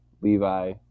Levi